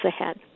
ahead